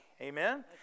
amen